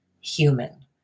human